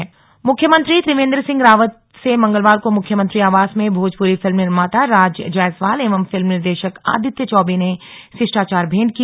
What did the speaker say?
Bhojpuri film मुख्यमंत्री त्रिवेन्द्र सिंह रावत से मंगलवार को मुख्यमंत्री आवास में भोजप्री फिल्म निर्माता राज जायसवाल एवं फिल्म निर्देशक आदित्य चौबे ने शिष्टाचार भेंट की